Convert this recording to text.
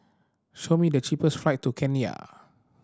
show me the cheapest flight to Kenya